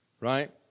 right